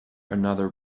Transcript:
another